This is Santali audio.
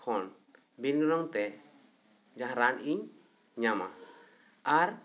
ᱠᱷᱚᱱ ᱵᱤᱱ ᱜᱚᱱᱚᱝᱛᱮ ᱢᱟᱦᱟᱸ ᱨᱟᱱᱤᱧ ᱧᱟᱢᱟ ᱟᱨ